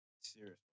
Serious